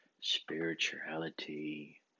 spirituality